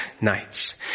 nights